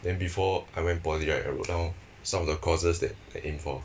then before I went poly right I wrote down some of the courses that I aim for